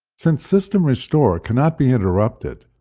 since system restore cannot be interrupted,